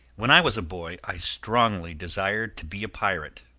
when i was a boy i strongly desired to be a pirate,